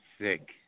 sick